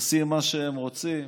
עושים מה שהם רוצים.